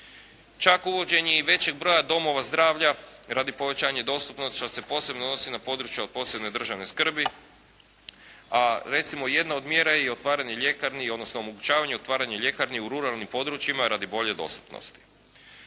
Čak uvođenje i većeg broja Domova zdravlja radi povećanja i dostupnosti što se posebno odnosi na područja od posebne državne skrbi. A recimo jedna o mjera je i otvaranje ljekarni i odnosno omogućavanje otvaranje